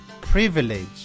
privilege